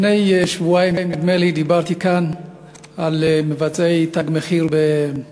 לפני שבועיים דיברתי כאן על מבצעי "תג מחיר" באבו-גוש,